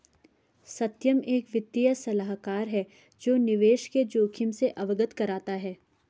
सत्यम एक वित्तीय सलाहकार है जो निवेश के जोखिम से अवगत कराता है